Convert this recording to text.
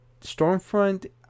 Stormfront